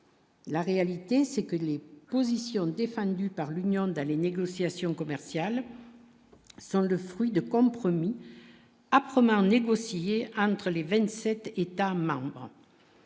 La réalité c'est que les positions défendues par l'Union dans les négociations commerciales. Sont le fruit de compromis âprement négocié entre les 27 États marbre